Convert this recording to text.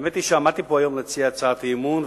האמת היא שעמדתי פה היום להציע הצעת אי-אמון,